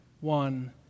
one